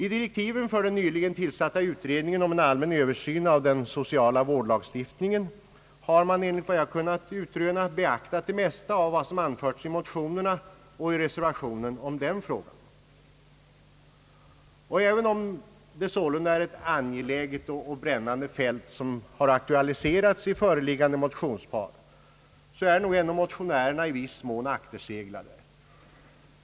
I direktiven för den nyligen tillsatta utredningen om en allmän översyn av den sociala vårdlagstiftningen har man enligt vad jag kunnat utröna beaktat det mesta av vad som anförts i motionerna och i reservationen om den frågan. Även om det sålunda är ett angeläget och brännande ämne som aktualiserats i föreliggande motionspar är nog motionärerna i viss mån akterseglade.